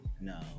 No